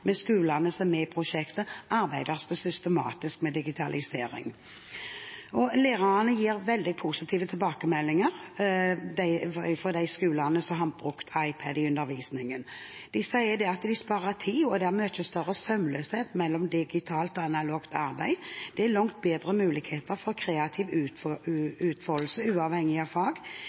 med skolene som er i prosjektet, arbeides det systematisk med digitalisering. Lærerne gir veldig positive tilbakemeldinger fra de skolene som har brukt iPad i undervisningen. De sier at de sparer tid, og at det er mye større sømløshet mellom digitalt og analogt arbeid. Det er langt bedre muligheter for kreativ utfoldelse, uavhengig av fag.